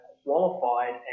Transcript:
qualified